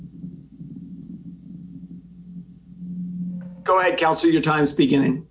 s oh i can see your time speaking